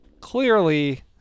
clearly